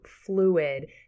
fluid